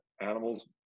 animals